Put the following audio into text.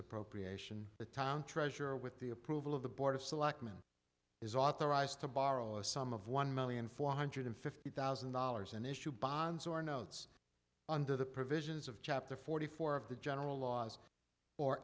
appropriation the town treasurer with the approval of the board of selectmen is authorized to borrow a sum of one million four hundred fifty thousand dollars in issue bonds or notes under the provisions of chapter forty four of the general laws or